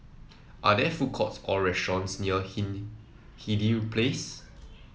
are there food courts or restaurants near Hindhede Place